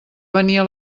venia